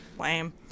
lame